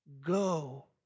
go